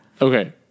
Okay